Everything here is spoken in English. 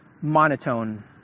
monotone